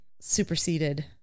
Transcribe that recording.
superseded